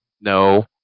No